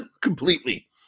completely